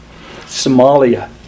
Somalia